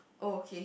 oh okay